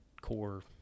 core